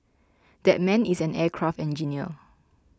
that man is an aircraft engineer